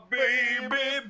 baby